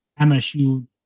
MSU